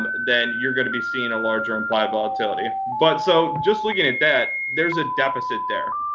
then you're going to be seeing a larger implied volatility. but so just looking at that, there's a deficit there.